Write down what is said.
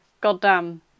Goddamn